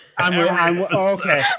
okay